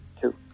Two